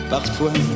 Parfois